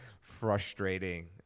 frustrating